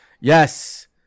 Yes